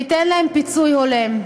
וייתן להם פיצוי הולם.